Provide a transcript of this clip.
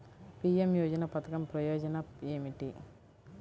PM యోజన పధకం ప్రయోజనం ఏమితి?